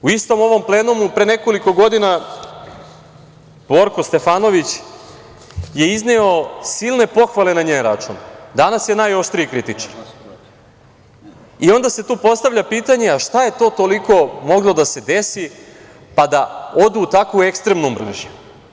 U istom ovom plenumu pre nekoliko godina Borko Stefanović je izneo silne pohvale na njen račun, a danas je najoštriji kritičar i onda se tu postavlja pitanje šta je to toliko moglo da se desi, pa da odu u tako ekstremnu mržnju?